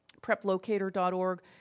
Preplocator.org